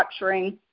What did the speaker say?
structuring